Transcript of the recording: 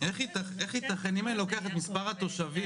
איך יתכן אם אני לוקח את מספר התושבים,